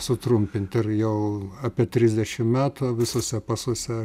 sutrumpinti ir jau apie trisdešimt metų visose pasuose